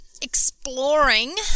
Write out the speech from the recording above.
exploring